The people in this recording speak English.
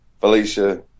Felicia